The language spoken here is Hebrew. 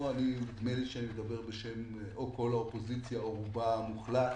כל האופוזיציה, או רובה המוחלט,